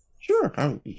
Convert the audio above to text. Sure